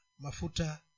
mafuta